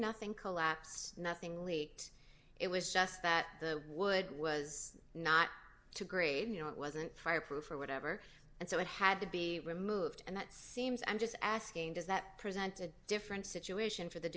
nothing collapsed nothing lete it was just that the wood was not too grave you know it wasn't fireproof or whatever and so it had to be removed and that seems i'm just asking does that present a different situation for the